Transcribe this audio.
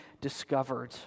discovered